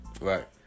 Right